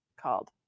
called